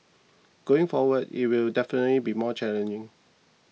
going forward it will definitely be more challenging